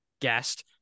guest